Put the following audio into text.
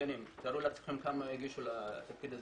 גנים - תארו לעצמכם כמה הגישו מועמדות,